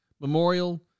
Memorial